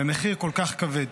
במחיר כל כך כבד.